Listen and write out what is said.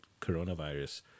coronavirus